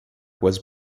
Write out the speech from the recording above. was